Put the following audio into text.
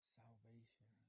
salvation